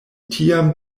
tiam